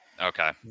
Okay